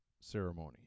ceremony